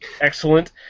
excellent